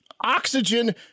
oxygen